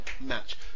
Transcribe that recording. match